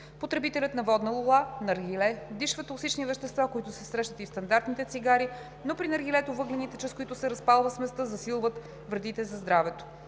Потребителят на водна лула (наргиле) вдишва токсични вещества, които се срещат и в стандартните цигари, но при наргилето въглените, чрез които се разпалва сместа, засилват вредите за здравето.